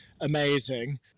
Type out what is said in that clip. amazing